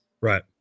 Right